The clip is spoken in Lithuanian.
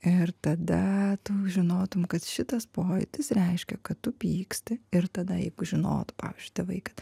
ir tada tu žinotum kad šitas pojūtis reiškia kad tu pyksti ir tada jeigu žinotų pavyzdžiui tėvai kad